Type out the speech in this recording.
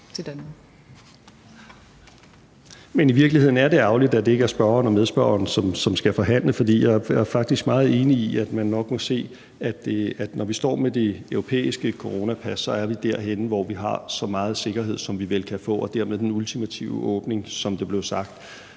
Men i virkeligheden er det ærgerligt, at det ikke er spørgeren og medspørgeren, som skal forhandle. For jeg er faktisk meget enig i, at man nok må se, at når vi står med det europæiske coronapas, så er vi derhenne, hvor vi har så meget sikkerhed, som vi vel kan få, og dermed den ultimative åbning, som det blev sagt.